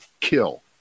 kill